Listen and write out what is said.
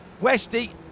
Westy